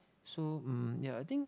so um yeah I think